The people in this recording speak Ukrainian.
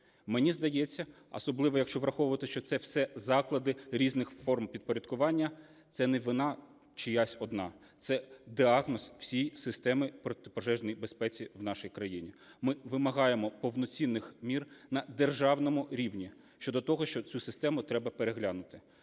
Мені здається, особливо якщо враховувати, що це все заклади різних форм підпорядкування, це не вина чиясь одна, це діагноз всій системі протипожежної безпеки в нашій країні. Ми вимагаємо повноцінних мір на державному рівні щодо того, що цю систему треба переглянути.